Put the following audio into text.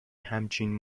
همچین